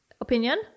opinion